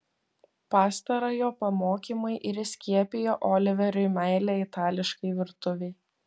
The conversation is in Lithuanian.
pastarojo pamokymai ir įskiepijo oliveriui meilę itališkai virtuvei